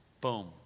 Boom